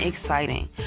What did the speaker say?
exciting